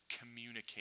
communicate